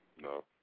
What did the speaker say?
No